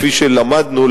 כפי שלמדנו,